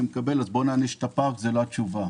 לקבל אז בואו נעניש את הפארק" זה לא התשובה.